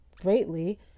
greatly